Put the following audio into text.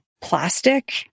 plastic